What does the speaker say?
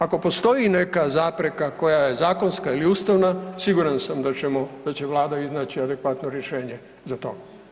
Ako postoji neka zapreka koja je zakonska ili ustavna siguran sam da ćemo, da će vlada iznaći adekvatno rješenje za to.